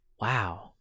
Wow